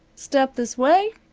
step this way!